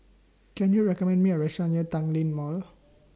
Can YOU recommend Me A Restaurant near Tanglin Mall